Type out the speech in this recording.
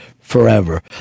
forever